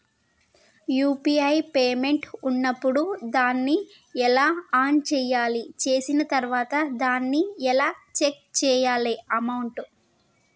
UPI payment ఉన్నప్పుడు దాన్ని ఎలా ఆన్ చేయాలి? చేసిన తర్వాత దాన్ని ఎలా చెక్ చేయాలి అమౌంట్?